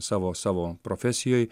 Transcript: savo savo profesijoj